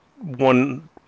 one